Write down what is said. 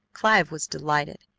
clive was delighted.